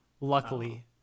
luckily